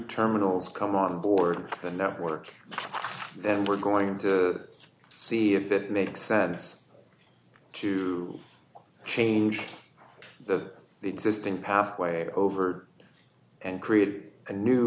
terminals come on board the network then we're going to see if it makes sense to change the existing pathway over and create a new